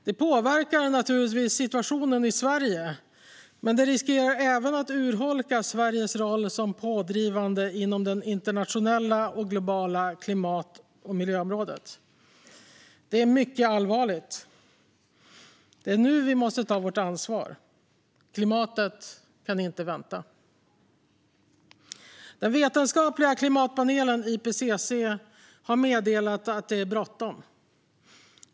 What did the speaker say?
Det påverkar naturligtvis situationen i Sverige men riskerar även att urholka Sveriges roll som pådrivande inom det internationella och globala klimat och miljöområdet. Det är mycket allvarligt. Det är nu vi måste ta vårt ansvar. Klimatet kan inte vänta. Den vetenskapliga klimatpanelen IPCC har meddelat att det är bråttom.